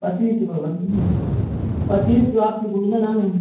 पच्चीस गो पच्चीस गो आपसे बोला न